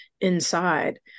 inside